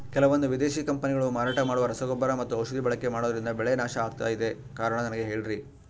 ಕೆಲವಂದು ವಿದೇಶಿ ಕಂಪನಿಗಳು ಮಾರಾಟ ಮಾಡುವ ರಸಗೊಬ್ಬರ ಮತ್ತು ಔಷಧಿ ಬಳಕೆ ಮಾಡೋದ್ರಿಂದ ಬೆಳೆ ನಾಶ ಆಗ್ತಾಇದೆ? ಕಾರಣ ನನಗೆ ಹೇಳ್ರಿ?